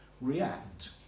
react